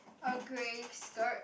a grey skirt